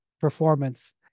performance